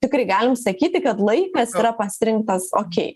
tikri galim sakyti kad laikas yra pasirinktas okei